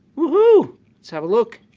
woohoo! let's have a look.